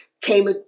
came